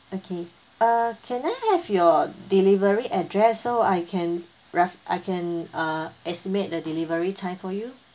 okay uh can I have your delivery address so I can ref~ I can uh estimate the delivery time for you